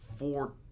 Four